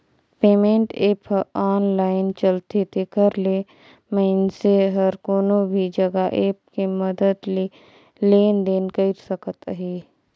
payment app ह online चलथे तेखर ले मइनसे हर कोनो भी जघा ऐप के मदद ले लेन देन कइर सकत हे